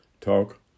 talk